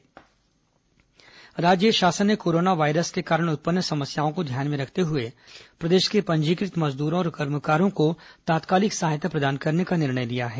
corona मजदूर helpline राज्य शासन ने कोरोना वायरस के कारण उत्पन्न समस्याओं को ध्यान में रखते हुए प्रदेश के पंजीकृत मजदूरों और कर्मकारों को तात्कालिक सहायता प्रदान करने का निर्णय लिया है